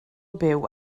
byw